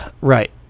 Right